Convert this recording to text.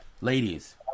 ladies